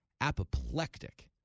apoplectic